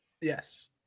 Yes